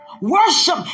Worship